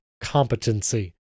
competency